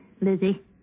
Lizzie